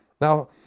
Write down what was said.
Now